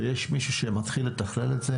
אבל יש מישהו שמתחיל לתכלל את זה